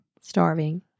starving